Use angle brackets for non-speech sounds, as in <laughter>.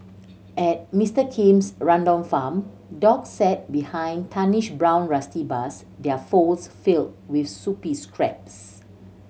at Mister Kim's rundown farm dogs sat behind tarnished brown rusty bars their <unintelligible> filled with soupy scraps